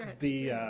the